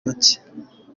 make